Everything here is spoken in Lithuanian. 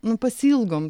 nu pasiilgom